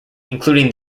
including